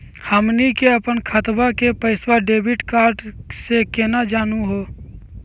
हमनी के अपन खतवा के पैसवा डेबिट कार्ड से केना जानहु हो?